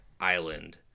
island